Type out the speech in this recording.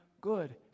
good